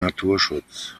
naturschutz